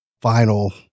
final